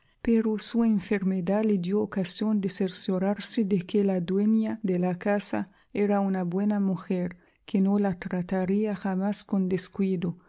pero su enfermedad le dió ocasión de cerciorarse de que la dueña de la casa era una buena mujer que no la trataría jamás con descuido